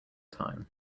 time